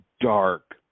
dark